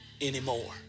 anymore